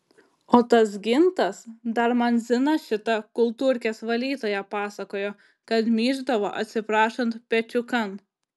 o tas gintas dar man zina šita kultūrkės valytoja pasakojo kad myždavo atsiprašant pečiukan